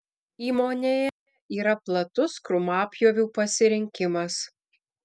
įmonėje yra platus krūmapjovių pasirinkimas